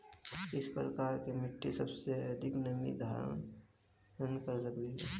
किस प्रकार की मिट्टी सबसे अधिक नमी धारण कर सकती है?